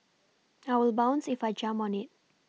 I will bounce if I jump on it